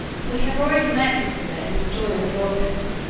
we have already met with scylla in the story of glaucus,